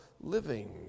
living